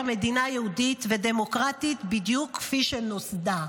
מדינה יהודית ודמוקרטית בדיוק כפי שנוסדה.